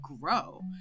grow